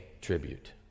tribute